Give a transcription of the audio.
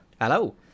Hello